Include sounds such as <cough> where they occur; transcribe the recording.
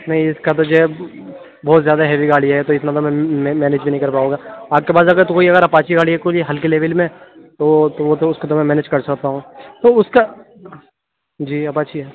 نہیں اِس کا تو جو ہے بہت زیادہ ہیوی گاڑی ہے تو اِس کا <unintelligible> میں مینج بھی نہیں کر پاؤں گا آپ کے پاس اگر کوئی اگر اپاچی گاڑی ہے کوئی ہلکے لیول میں تو تو وہ تو اُس کو میں مینج کر سکتا ہوں تو اُس کا جی اپاچی ہے